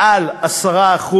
מעל 10%,